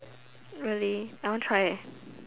really I want try eh